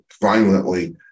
violently